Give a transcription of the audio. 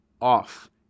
off